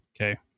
okay